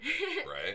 right